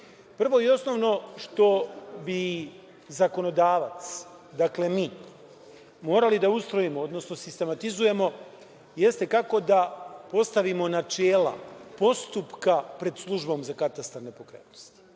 i osnovno što bi zakonodavac, dakle mi, morali da ustrojimo, odnosno sistematizujemo, jeste kako da postavimo načela postupka pred službom za katastar nepokretnosti.